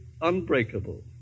Unbreakable